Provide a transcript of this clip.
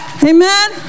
Amen